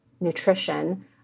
nutrition